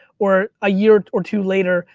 or a year or two later,